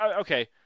Okay